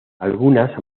algunas